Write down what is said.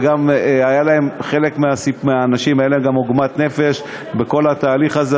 לחלק מהאנשים האלה הייתה גם עוגמת נפש בכל התהליך הזה,